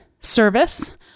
service